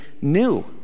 new